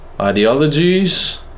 ideologies